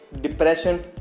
depression